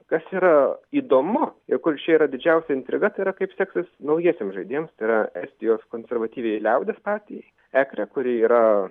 kas yra įdomu ir kur čia yra didžiausia intriga tai yra kaip seksis naujiesiems žaidėjams yra estijos konservatyviąjai liaudies partijai ekre kuri yra